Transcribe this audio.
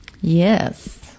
Yes